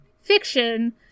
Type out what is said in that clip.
fiction